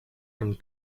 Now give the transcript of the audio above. and